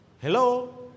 hello